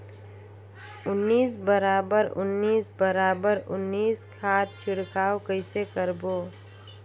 उन्नीस बराबर उन्नीस बराबर उन्नीस खाद छिड़काव कइसे करबो?